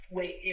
Wait